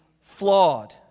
flawed